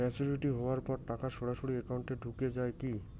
Maturity হওয়ার পর টাকা সরাসরি একাউন্ট এ ঢুকে য়ায় কি?